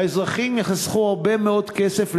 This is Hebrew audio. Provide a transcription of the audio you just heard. האזרחים יחסכו הרבה מאוד כסף.